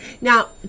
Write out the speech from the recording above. Now